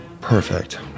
perfect